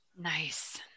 Nice